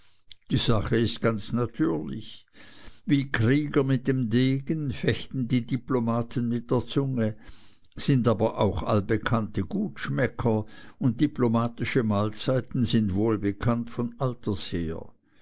die sache ist ganz natürlich wie krieger mit dem degen fechten die diplomaten mit der zunge sind aber auch allbekannte gutschmecker und diplomatische mahlzeiten sind wohlbekannt von alters her